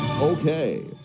okay